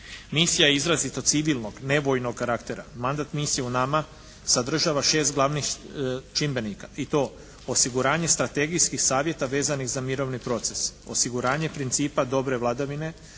Misija je izrazito civilnog, nevojnog karaktera, mandat misije UNAMA sadržava 6 glavnih čimbenika i to osiguranje strategijskih savjeta vezanih za mirovni proces, osiguranje principa dobre vladavine,